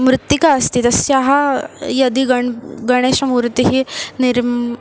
मृत्तिका अस्ति तस्याः यदि गणेशः गणेशमूर्तिः निर्मााति